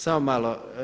Samo malo.